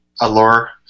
Allure